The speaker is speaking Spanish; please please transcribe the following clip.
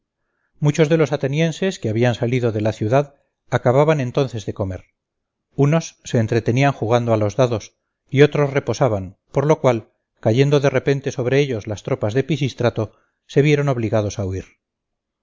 muchos de los atenienses que habían salido de la ciudad acababan entonces de comer unos se entretenían jugando a los dados y otros reposaban por lo cual cayendo de repente sobre ellos las tropas de pisístrato se vieron obligados a huir